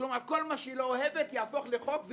כלומר כל מה שהיא לא אוהבת יהפוך לחוק,